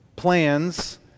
Plans